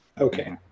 Okay